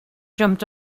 jumped